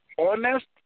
honest